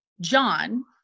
john